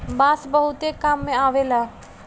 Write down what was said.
बांस बहुते काम में अवेला